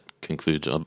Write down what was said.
concludes